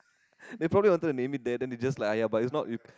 they probably wanted to name it there then they just like !aiya! but it's not you